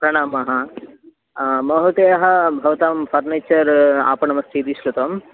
प्रणामः महोदय भवतां फ़र्निचर् आपणमस्ति इति श्रुतम्